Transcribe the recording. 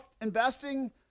investing